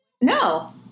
No